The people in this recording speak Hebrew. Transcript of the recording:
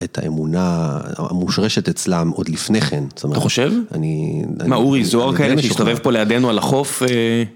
את האמונה המושרשת אצלם עוד לפני כן, זאת אומרת. אתה חושב? אני... מה, אורי זוהר כאלה שהסתובב פה לידנו על החוף?